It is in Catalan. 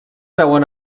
veuen